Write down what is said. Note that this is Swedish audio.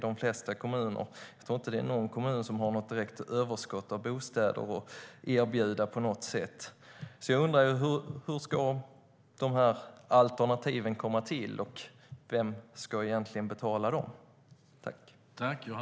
Jag tror inte att det är någon kommun som har något direkt överskott av bostäder att erbjuda.